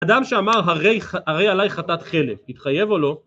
אדם שאמר הרי עלי חטאת חלב, התחייב או לא?